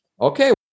okay